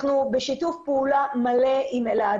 אנחנו בשיתוף פעולה מלא עם אלעד.